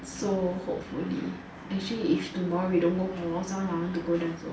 so hopefully I actually if tomorrow we don't go for 猫山王 I want to go there also